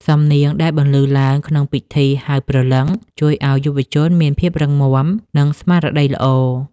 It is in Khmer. សំនៀងដែលបន្លឺឡើងក្នុងពិធីហៅព្រលឹង ជួយឱ្យយុវជនមានភាពរឹងមាំ និងស្មារតីល្អ។